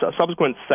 subsequent